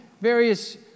various